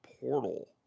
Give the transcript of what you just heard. portal